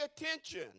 attention